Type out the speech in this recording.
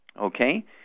Okay